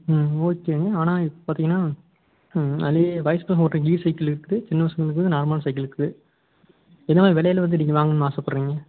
ம் ஓகேங்க ஆனால் இப்போ பார்த்திங்கனா அதுலேயே வயசு பசங்கள் ஓட்டுற கீர் சைக்கிள் இருக்குது சின்ன பசங்களுக்கு வந்து நார்மலான சைக்கிள் இருக்குது என்ன மாதிரி விலையில வந்து நீங்கள் வாங்கணும்னு ஆசைப்பட்றீங்க